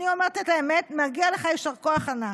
אני אומרת את האמת, מגיע לך יישר כוח ענק,